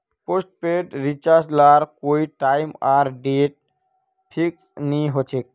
postpaid recharge लार कोए time आर डेट फिक्स नि होछे